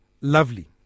lovely